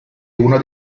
una